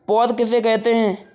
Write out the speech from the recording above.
पौध किसे कहते हैं?